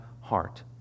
heart